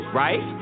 right